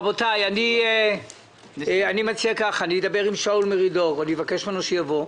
אני אדבר עם שאול מרידור, אני אבקש ממנו שיבוא.